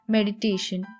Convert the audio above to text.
Meditation